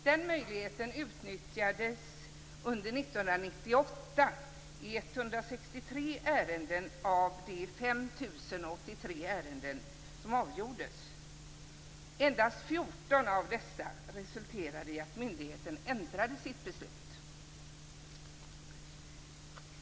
Den möjligheten utnyttjades under 1998 i 163 ärenden av de 5 083 ärenden som avgjordes. Endast 14 av dessa resulterade i att myndigheten ändrade sitt beslut.